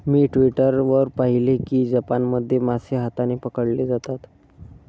मी Twitter वर पाहिले की जपानमध्ये मासे हाताने पकडले जातात